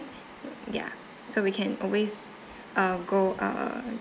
ya so we can always uh go uh